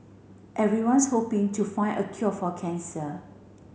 everyone's hoping to find a cure for cancer